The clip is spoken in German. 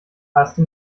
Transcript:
haste